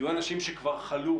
יהיו אנשים שכבר חלו